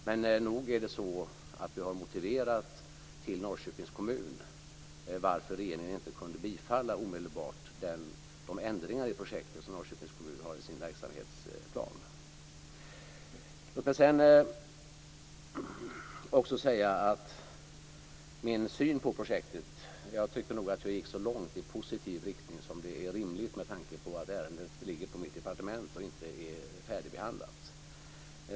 Men nog har vi motiverat till Norrköpings kommun varför regeringen inte omedelbart kunde bifalla de ändringar i projektet som Norrköpings kommun har i sin verksamhetsplan. Låt mig sedan också säga, när det gäller min syn på projektet, att jag nog tycker att jag gick så långt i positiv riktning som är rimligt med tanke på att ärendet ligger på mitt departement och inte är färdigbehandlat.